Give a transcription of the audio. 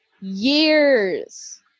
years